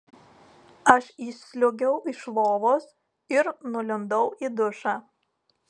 aš išsliuogiau iš lovos ir nulindau į dušą